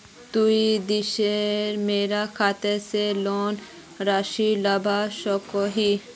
तुई सीधे मोर खाता से लोन राशि लुबा सकोहिस?